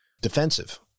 defensive